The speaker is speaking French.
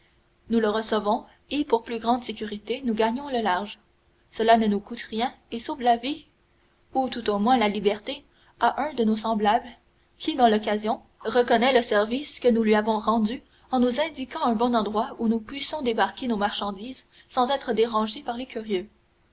nous le recevons et pour plus grande sécurité nous gagnons le large cela ne nous coûte rien et sauve la vie ou tout au moins la liberté à un de nos semblables qui dans l'occasion reconnaît le service que nous lui avons rendu en nous indiquant un bon endroit où nous puissions débarquer nos marchandises sans être dérangés par les curieux